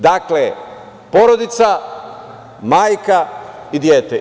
Dakle, porodica, majka i dete.